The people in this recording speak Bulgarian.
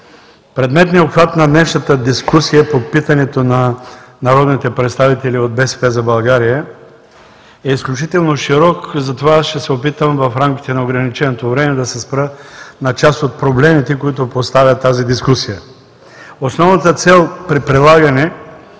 Предметният обхват на днешната дискусия по питането на народните представители от „БСП за България“ е изключително широк, затова ще се опитам в рамките на ограниченото време да се спра на част от проблемите, които поставя тази дискусия. Основната цел при прилагане